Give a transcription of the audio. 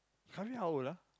Shafiq how old ah